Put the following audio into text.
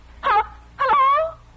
Hello